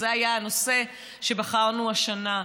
זה היה הנושא שבחרנו השנה,